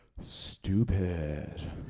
stupid